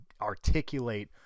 articulate